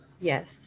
Yes